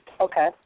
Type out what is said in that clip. Okay